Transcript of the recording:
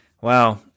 Wow